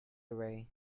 away